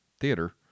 theater